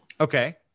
Okay